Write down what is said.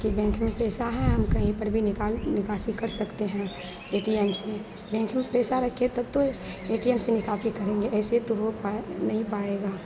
कि बैंक में पैसा हैं हम कहीं पर भी निकाल निकासी कर सकते हैं ए टी यम से बैंक में पैसा रखें तब तो ए टी यम से निकासी करेंगे ऐसे तो हो पाए नहीं पाएगा